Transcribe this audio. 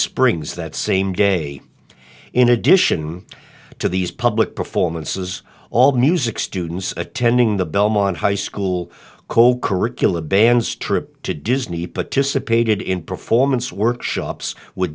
springs that same day in addition to these public performances all music students attending the belmont high school curricula band's trip to disney participated in performance workshops with